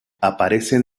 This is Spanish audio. aparecen